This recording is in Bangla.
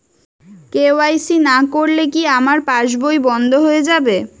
কে.ওয়াই.সি না করলে কি আমার পাশ বই বন্ধ হয়ে যাবে?